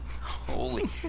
Holy